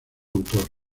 autor